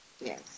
Yes